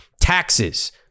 Taxes